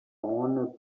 owner